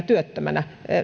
työttömänä